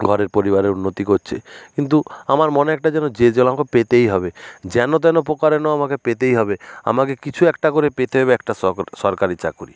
ঘরের পরিবারের উন্নতি করছে কিন্তু আমার মনে একটা যেন জেদ ছিল পেতেই হবে যেন তেন প্রকারেণ আমাকে পেতেই হবে আমাকে কিছু একটা করে পেতে হবে একটা সরকারি চাকুরি